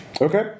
Okay